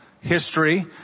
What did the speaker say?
history